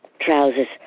trousers